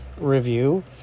review